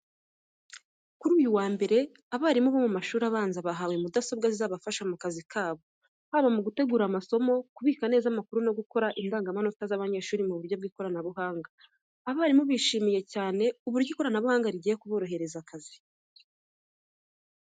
Kuri uyu wa mbere abarimu bo mu mashuri abanza bahawe mudasobwa zizabafasha mu kazi kabo, haba mu gutegura amasomo, kubika neza amakuru no gukora indangamanota z’abanyeshuri mu buryo bw’ikoranabuhanga. Abarimu bishimiye cyane uburyo ikoranabuhanga rigiye kuborohereza akazi.